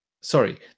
sorry